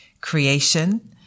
creation